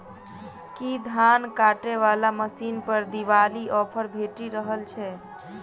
की धान काटय वला मशीन पर दिवाली ऑफर भेटि रहल छै?